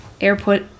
airport